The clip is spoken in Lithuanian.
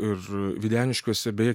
ir videniškiuose beje